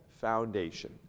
foundation